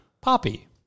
poppy